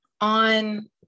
on